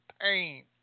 pain